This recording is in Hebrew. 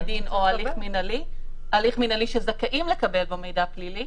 בית דין או הליך מינהלי שזכאים לקבל בו מידע פלילי,